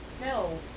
No